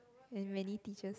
and many teachers